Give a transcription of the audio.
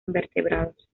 invertebrados